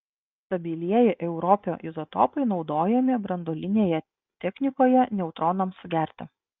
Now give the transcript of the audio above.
stabilieji europio izotopai naudojami branduolinėje technikoje neutronams sugerti